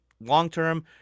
long-term